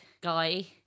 guy